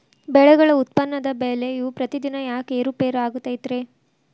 ಬೆಳೆಗಳ ಉತ್ಪನ್ನದ ಬೆಲೆಯು ಪ್ರತಿದಿನ ಯಾಕ ಏರು ಪೇರು ಆಗುತ್ತೈತರೇ?